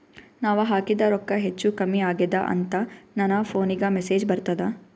ನಾವ ಹಾಕಿದ ರೊಕ್ಕ ಹೆಚ್ಚು, ಕಮ್ಮಿ ಆಗೆದ ಅಂತ ನನ ಫೋನಿಗ ಮೆಸೇಜ್ ಬರ್ತದ?